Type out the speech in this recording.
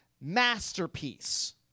masterpiece